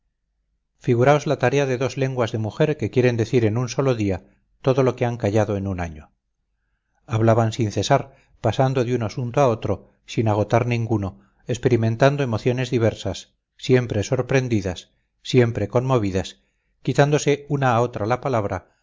figuraos la tarea de dos lenguas de mujer que quieren decir en un día todo lo que han callado en un año hablaban sin cesar pasando de un asunto a otro sin agotar ninguno experimentando emociones diversas siempre sorprendidas siempre conmovidas quitándose una a otra la palabra